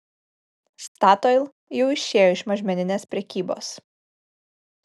statoil jau išėjo iš mažmeninės prekybos